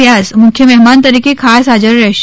વ્યાસ મુખ્ય મહેમાન તરીકે ખાસ હાજર રહેશે